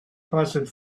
passed